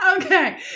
Okay